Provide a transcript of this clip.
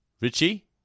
richie